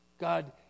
God